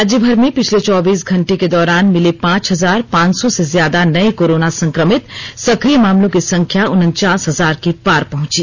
राज्यभर में पिछले चौबीस घंटे के दौरान मिले पांच हजार पांच सौ से ज्यादा नये कोरोना संक्रमित सक्रिय मामलों की संख्या उनचास हजार के पार पहुंची